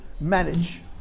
manage